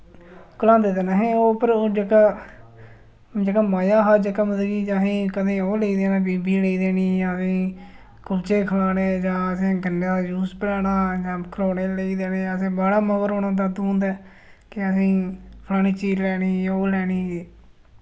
घुलांदे ते नेह् ओ पर ओ जेह्का जेह्का मजा हा जेह्का मतलब कि असें ई कदें ओह् लेई देना बीबी लेई देनी जां फ्ही कुलचे खलान्ने जां असें गन्ने दा जूस पलाना जां खलौने लेई देने असें बड़ा मगर होना दादू हुंदे कि असें ई फलानी चीज लैनी ओह् लैनी